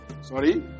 Sorry